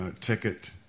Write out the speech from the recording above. ticket